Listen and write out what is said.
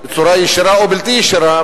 בצורה ישירה או בלתי ישירה,